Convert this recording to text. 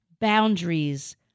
Boundaries